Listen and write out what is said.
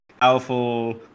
powerful